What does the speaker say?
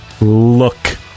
Look